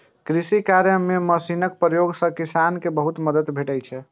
कृषि कार्य मे मशीनक प्रयोग सं किसान कें बहुत मदति भेटै छै